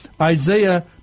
Isaiah